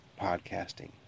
podcasting